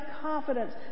confidence